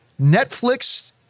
netflix